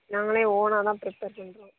நாங்களே ஓனா தான் பிரிப்பேர் பண்ணுறோம்